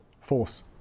Force